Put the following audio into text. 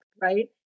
right